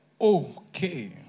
Okay